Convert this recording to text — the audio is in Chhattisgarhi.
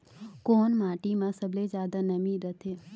कोन माटी म सबले जादा नमी रथे?